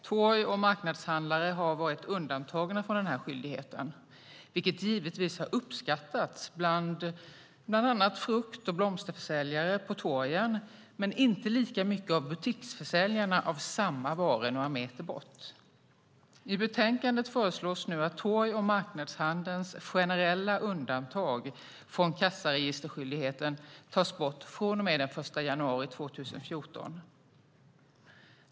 Torg och marknadshandlare har varit undantagna från den här skyldigheten, vilket givetvis har uppskattats av bland annat frukt och blomsterförsäljare på torgen - men inte lika mycket av butiksförsäljarna av samma varor några meter bort. I betänkandet föreslås nu att torg och marknadshandelns generella undantag från kassaregisterskyldigheten tas bort från och med den 1 januari 2014.